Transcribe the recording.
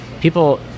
People